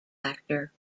actor